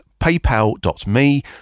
PayPal.me